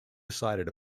decided